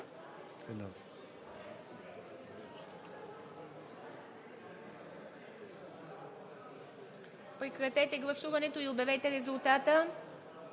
прекратете гласуването и обявете резултата.